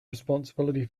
responsibility